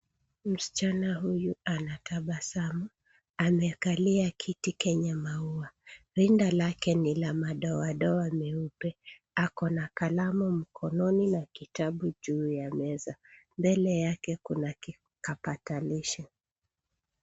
Msichana huyu anatabasamu. Amekalia kiti kenye maua. Rinda lake lina madoadoa meupe. Ako na kalamu mkononi na kitabu juu ya meza. Mbele yake kuna kipakatalishi.